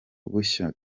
bushya